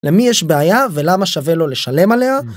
למי יש בעיה ולמה שווה לו לשלם עליה.